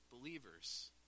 Believers